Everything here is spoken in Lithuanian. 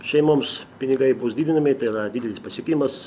šeimoms pinigai bus didinami tai yra didelis pasiekimas